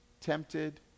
tempted